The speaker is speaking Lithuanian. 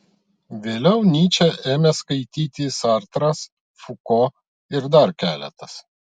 vėliau nyčę ėmė skaityti sartras fuko ir dar keletas